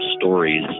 stories